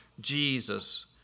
Jesus